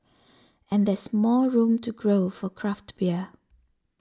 and there's more room to grow for craft beer